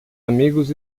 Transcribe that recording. amigos